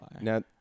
now